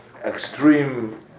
extreme